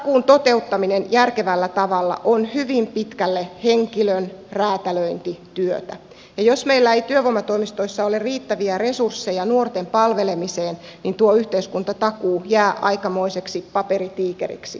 takuun toteuttaminen järkevällä tavalla on hyvin pitkälle henkilön räätälöintityötä ja jos meillä ei työvoimatoimistoissa ole riittäviä resursseja nuorten palvelemiseen tuo yhteiskuntatakuu jää aikamoiseksi paperitiikeriksi